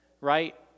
right